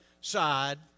side